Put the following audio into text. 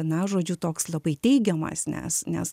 na žodžiu toks labai teigiamas nes nes